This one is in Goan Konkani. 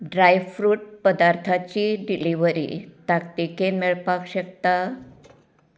ड्रायफ्रूट पदार्थाची डिलिव्हरी ताकतिकेन मेळपाक शकता